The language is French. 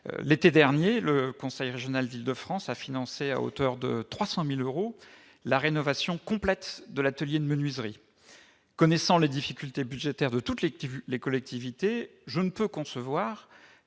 L'été dernier, le conseil régional d'Île-de-France a financé à hauteur de 300 000 euros la rénovation complète de l'atelier de menuiserie. Connaissant les difficultés budgétaires de toutes les collectivités, je ne peux concevoir